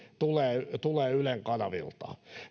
tulee tulee ylen kanavilta